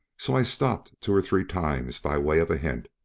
so i stopped two or three times by way of a hint.